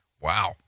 Wow